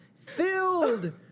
filled